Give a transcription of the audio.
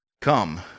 Come